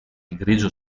grigio